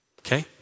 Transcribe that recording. Okay